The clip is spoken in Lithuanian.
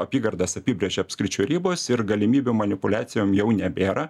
apygardas apibrėžė apskričių ribos ir galimybių manipuliacijom jau nebėra